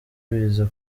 biza